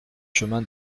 chemin